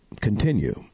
Continue